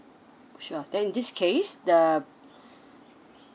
sure then in this case the